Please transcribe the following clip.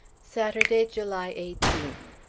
saturday, july eighteenth.